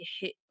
hit